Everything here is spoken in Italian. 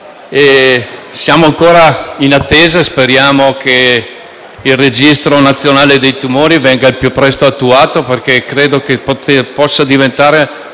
Siamo ancora in attesa, ma speriamo che il Registro nazionale tumori venga al più presto attuato, perché credo che possa diventare